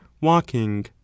walking